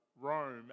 Rome